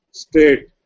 state